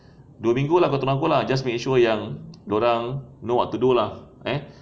dua minggu lah kau tolong aku lah just make sure yang dia orang know what to do lah eh